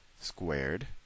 squared